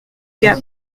gap